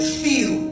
feel